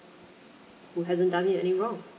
who hasn't done anything wrong